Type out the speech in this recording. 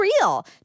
real